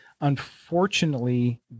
unfortunately